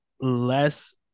less